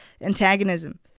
antagonism